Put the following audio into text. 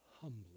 Humbly